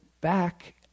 back